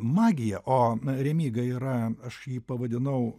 magiją o remyga yra aš jį pavadinau